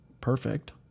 perfect